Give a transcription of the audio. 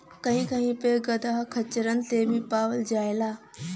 कही कही पे गदहा खच्चरन से भी पावल जाला